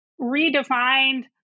redefined